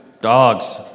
Dogs